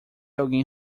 alguém